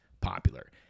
popular